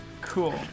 Cool